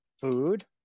food